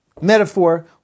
Metaphor